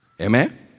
Amen